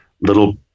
little